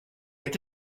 est